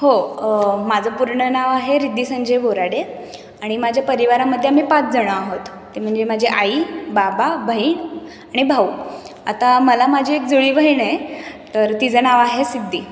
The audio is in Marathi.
हो माझं पूर्ण नाव आहे रिद्दी संजय बोराडे आणि माझ्या परिवारामध्ये आम्ही पाचजणं आहोत ते म्हणजे माझी आई बाबा बहीण आणि भाऊ आता मला माझी एक जुळी बहीण आहे तर तिचं नाव आहे सिद्दी